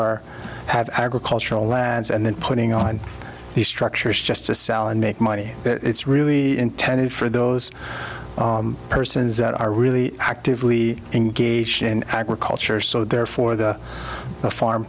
are have agricultural lands and then putting on these structures just to sell and make money that it's really intended for those persons that are really actively engaged in agriculture so therefore the